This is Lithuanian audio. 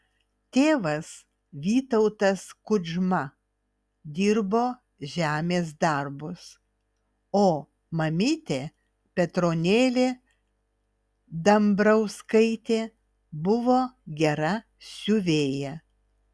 tėvas vytautas kudžma dirbo žemės darbus o mamytė petronėlė dambrauskaitė buvo gera siuvėja